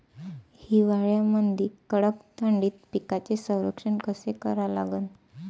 हिवाळ्यामंदी कडक थंडीत पिकाचे संरक्षण कसे करा लागन?